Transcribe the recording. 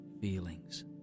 feelings